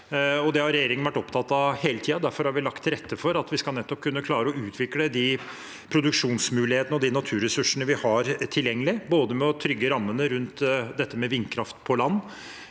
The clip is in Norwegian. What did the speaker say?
Det har regjeringen vært opptatt av hele tiden. Derfor har vi lagt til rette for at vi skal kunne klare å utvikle de produksjonsmulighetene og de naturressursene vi har tilgjengelig, ved å trygge rammene rundt vindkraft på land,